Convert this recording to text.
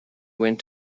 went